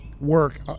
work